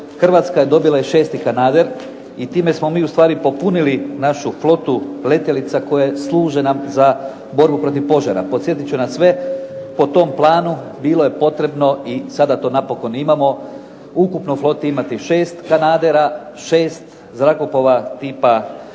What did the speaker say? Hrvatska je dobila i šesti kanader i time smo mi ustvari popunili našu flotu letjelica koje služe nam za borbu protiv požara. Podsjetit ću nas sve, po tom planu bilo je potrebno i sada to napokon imamo ukupno floti imati šest kanadera, šest zrakoplova tipa e-traktor